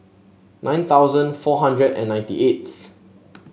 nine thousand four hundred and ninety eighth